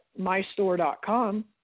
mystore.com